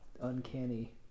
uncanny